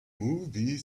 movie